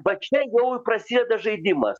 va čia jau ir prasideda žaidimas